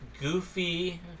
goofy